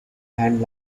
hand